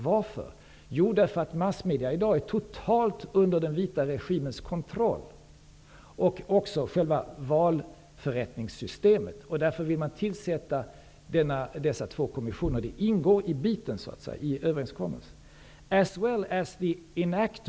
Massmedia står i dag totalt under den vita regimens kontroll. Det gäller också valförrättningssystemet. Därför vill man tillsätta dessa två kommissioner -- det ingår i överenskommelsen.